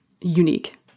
unique